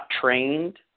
trained